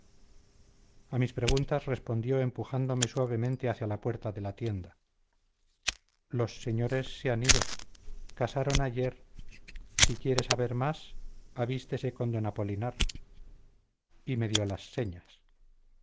a mis preguntas respondió empujándome suavemente hacia la puerta de la tienda los señores se han ido casaron ayer si quiere saber más avístese con d apolinar y me dio las señas